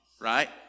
right